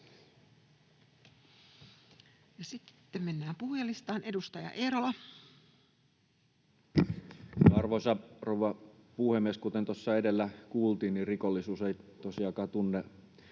sitten mennään puhujalistaan. — Edustaja Eerola. Arvoisa rouva puhemies! Kuten tuossa edellä kuultiin, rikollisuus ei tosiaankaan tunne